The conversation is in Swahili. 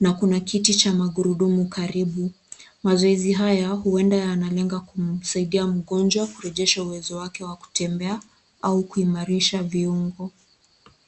na kuna kiti cha magurudumu karibu. Mazoezi haya huenda yanalenga kumsaidia mgonjwa kurejesha uwezo wake wa kutembea au kuimarisha viungo.